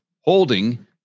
holding